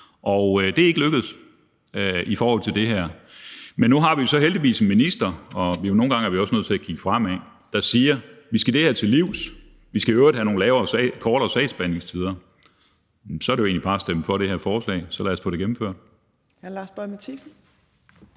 og det er ikke lykkedes i forhold til det her. Men nu har vi så heldigvis en minister – og nogle gange er vi også nødt til at kigge fremad – der siger, at vi skal det her til livs, og at vi i øvrigt skal have nogle kortere sagsbehandlingstider, og så er det jo egentlig bare at stemme for det her forslag. Så lad os få det gennemført.